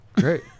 great